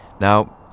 Now